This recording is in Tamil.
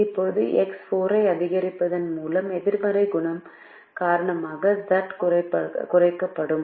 இப்போது X4 ஐ அதிகரிப்பதன் மூலம் எதிர்மறை குணகம் காரணமாக Z குறைக்கப்படும்